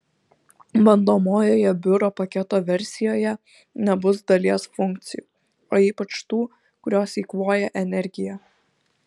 bandomojoje biuro paketo versijoje nebus dalies funkcijų o ypač tų kurios eikvoja energiją